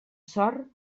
sort